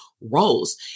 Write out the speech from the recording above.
roles